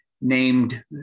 named